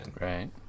Right